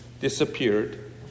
disappeared